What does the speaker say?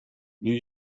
new